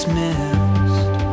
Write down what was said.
missed